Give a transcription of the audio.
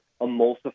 emulsify